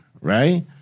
right